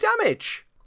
damage